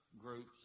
groups